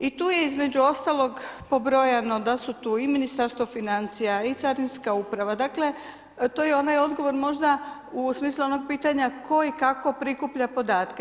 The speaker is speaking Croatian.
I tu je između ostalog pobrojano da su tu im Ministarstvo financija i Carinska uprava, dakle, to je onaj odgovor možda u smislu onog pitanja tko i kako prikuplja podatke.